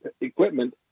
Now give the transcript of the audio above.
equipment